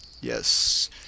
Yes